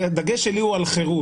הדגש שלי הוא על חירות.